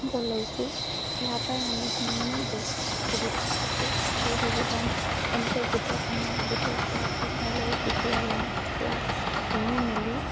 লৈছোঁ সেয়াৰ পৰাই আমিখিনি মানে বহুত সুবিধা পাইছোঁ বহুত সুবিধা এনেকৈ গোটত সোমাই গোটৰ পৰা পইচা লৈ কুকুৰা লওঁ কুকুৰা লৈ মেলি